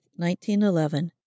1911